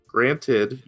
Granted